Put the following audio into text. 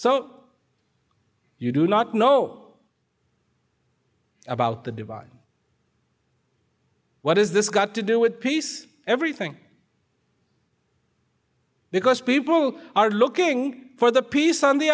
so you do not know about the divine what is this got to do with peace everything because people who are looking for the peace on the